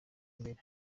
mbere